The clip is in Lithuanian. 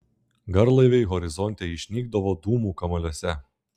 garlaiviai horizonte išnykdavo dūmų kamuoliuose